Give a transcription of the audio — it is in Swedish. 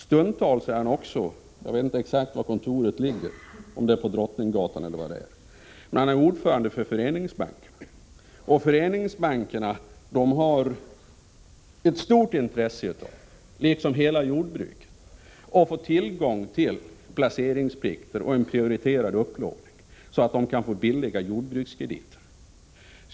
Stundtals är han på kontoret för Föreningsbankernas Bank, som ligger på Drottninggatan eller någonstans i närheten. Han är nämligen ordförande där, och föreningsbankerna har, liksom hela jordbruket, stort intresse av att få tillgång till placeringsplikter och en prioriterad upplåning, så att de kan få billiga jordbrukskrediter.